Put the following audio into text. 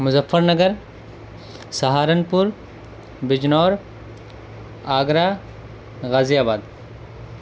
مظفر نگر سہارنپور بجنور آگرہ غازی آباد